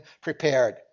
prepared